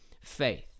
faith